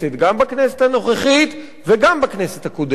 גם בכנסת הנוכחית וגם בכנסת הקודמת,